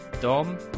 Dom